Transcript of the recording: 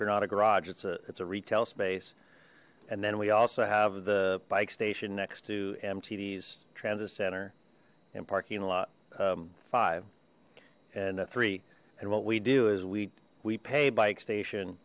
granada garage it's a it's a retail space and then we also have the bike station next to mt dee's transit center and parking lot five and a three and what we do is we we pay bike station